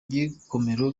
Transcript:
gikomero